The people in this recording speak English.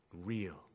real